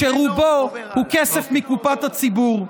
שרובו הוא כסף מקופת הציבור.